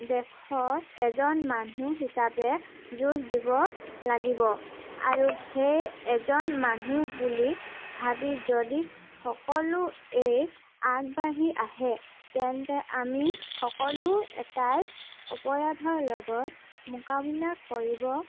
দেশৰ এজন মানুহ হিচাপে যুঁজ দিব লাগিব আৰু সেই এজন মানুহ বুলি ভাবি যদি সকলো এক আগবাঢ়ি আহে তেন্তে আমি সকলো এটাই অপৰাধৰ লগত মোকাবিলা কৰিব